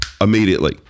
immediately